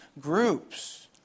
groups